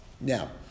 Now